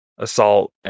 Assault